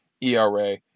ERA